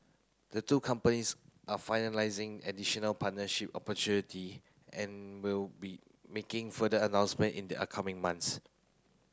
the two companies are finalising additional partnership opportunity and will be making further announcement in the upcoming months